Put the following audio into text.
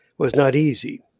was not easy.